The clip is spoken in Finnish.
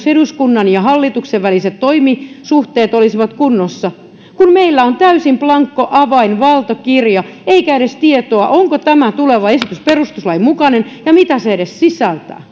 eduskunnan ja hallituksen väliset toimisuhteet edes olisivat kunnossa kun meillä on täysin blanko avoin valtakirja eikä edes tietoa onko tämä tuleva esitys perustuslain mukainen ja mitä se edes sisältää